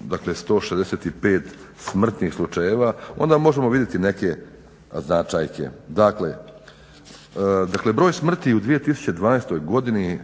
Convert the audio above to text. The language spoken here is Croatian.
dakle 165 smrtnih slučajeva onda možemo vidjeti neke značajke. Dakle, broj smrti u 2012. godini